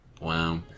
Wow